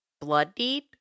bloodied